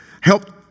help